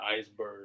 iceberg